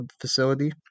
facility